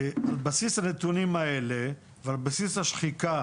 אז על בסיס הנתונים האלה ועל בסיס השחיקה